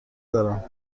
دارم